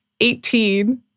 18